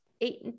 eight